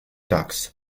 ducks